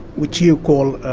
which you call,